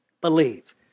believe